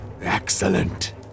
Excellent